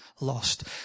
lost